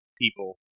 people